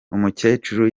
umukecuru